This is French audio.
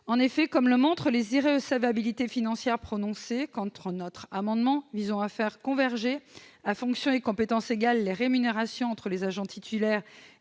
En effet, comme le montrent les irrecevabilités financières soulevées à l'encontre de notre amendement visant à faire converger, à fonctions et compétences égales, les rémunérations des agents titulaires